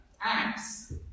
Acts